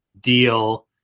deal